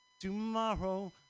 tomorrow